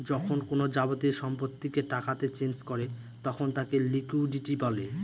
যখন কোনো যাবতীয় সম্পত্তিকে টাকাতে চেঞ করে তখন তাকে লিকুইডিটি বলে